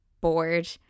bored